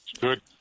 good